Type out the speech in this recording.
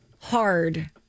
hard